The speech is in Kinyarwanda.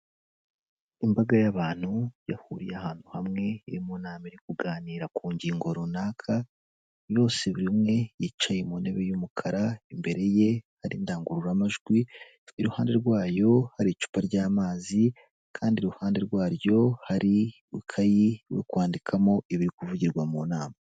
Imbaga y'abantu yahuriye ahantu hamwe iri munama iri kuganira ku ngingo runaka yose burumwe yicaye mu ntebe y'umukara imbere ye ari indangururamajwi iruhande rwayo hari icupa ry'amazi kandi iruhande rwaryo hari ikayi yo kwandikamo ibiri kuvugirwa mu nama.